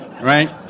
right